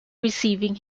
receiving